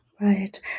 Right